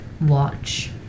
watch